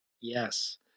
Yes